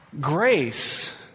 Grace